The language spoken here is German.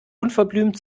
unverblümt